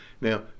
Now